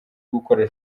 gukora